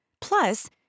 Plus